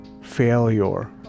failure